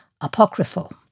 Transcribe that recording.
Apocryphal